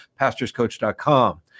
PastorsCoach.com